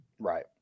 Right